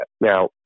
Now